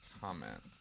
comment